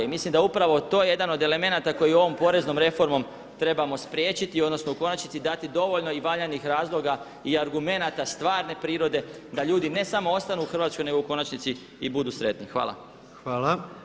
I mislim da upravo je to jedan od elemenata koji ovom poreznom reformom trebamo spriječiti odnosno u konačnici dati dovoljno i valjanih razloga a argumenata stvarne prirode da ljudi ne samo ostanu u Hrvatskoj nego u konačnici i budu sretni.